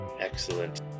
Excellent